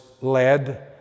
led